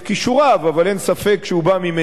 אבל אין ספק שהוא בא ממניעים פוליטיים,